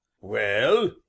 Well